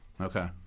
Okay